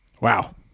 Wow